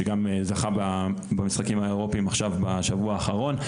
שגם זכה במשחקים האירופאים עכשיו בשבוע האחרון,